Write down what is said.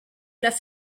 plats